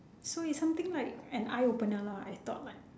so it's something like an eye opener lah I thought like